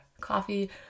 coffee